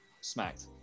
smacked